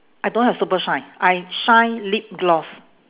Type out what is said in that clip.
I don't have super shine I shine lip gloss